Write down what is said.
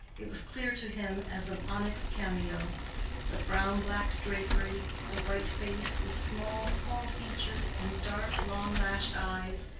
it was clear to him as an onyx cameo the brown-black drapery, the white face with small, small features and dark, long-lashed eyes.